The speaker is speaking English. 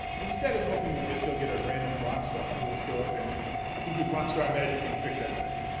instead of hoping you'll just go get a random rock star who will show up and do his rock star magic and fix everything.